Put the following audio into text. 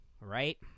right